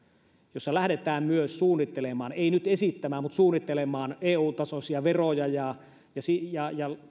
jossa lähdetään suunnittelemaan ei nyt esittämään mutta suunnittelemaan eu tasoisia veroja ja ja